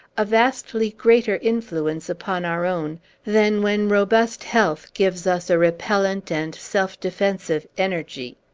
a vastly greater influence upon our own than when robust health gives us a repellent and self-defensive energy.